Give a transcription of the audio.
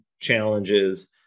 challenges